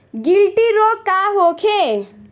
गिलटी रोग का होखे?